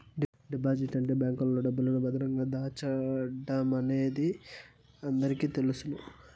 deposit అంటే బ్యాంకులో డబ్బును భద్రంగా దాచడమనేది అందరికీ తెలుసును